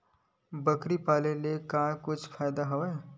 बकरी पाले ले का कुछु फ़ायदा हवय?